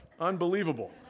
Unbelievable